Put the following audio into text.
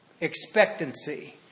expectancy